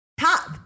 Top